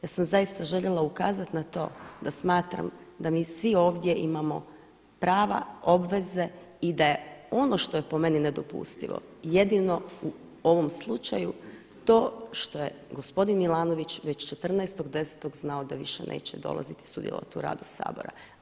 Ja sam zaista željela ukazati na to da smatram da mi svi ovdje imamo prava, obveze i da je ono što je po meni nedopustivo jedino u ovom slučaju to što je gospodin Milanović već 14.10. znao da više neće dolaziti i sudjelovati u radu Sabora.